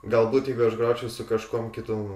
galbūt aš gročiau su kažkuom kitu